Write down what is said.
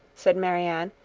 said marianne,